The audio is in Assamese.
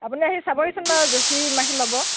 আপুনি আহি চাবহিচোন বাৰু জোখি মাখি ল'ব